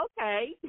okay